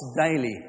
daily